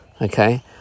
okay